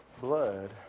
Blood